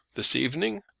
this evening!